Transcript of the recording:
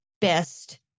best